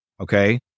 okay